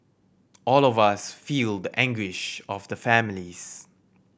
all of us feel the anguish of the families